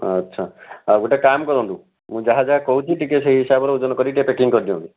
ଆଚ୍ଛା ଆଉ ଗୋଟେ କାମ କରନ୍ତୁ ମୁଁ ଯାହା ଯାହା କହୁଛି ଟିକିଏ ସେହି ହିସାବରେ ଓଜନ କରିକି ଟିକିଏ ପ୍ୟାକିଂ କରିଦିଅନ୍ତୁ